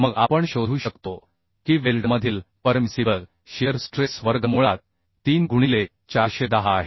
मग आपण शोधू शकतो की वेल्डमधील परमिसिबल शिअर स्ट्रेस वर्गमुळात 3 गुणिले 410 आहे